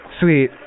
sweet